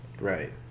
Right